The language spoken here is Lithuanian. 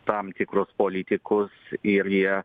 tam tikrus politikus ir jie